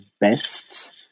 best